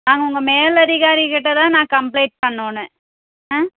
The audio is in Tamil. நாங்கள் உங்க மேலதிகாரி கிட்டேதான் நான் கம்பளைண்ட் பண்ணணும் ஆ